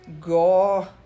Go